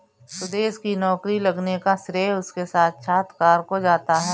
सुदेश की नौकरी लगने का श्रेय उसके साक्षात्कार को जाता है